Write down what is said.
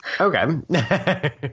Okay